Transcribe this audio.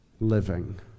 living